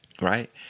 Right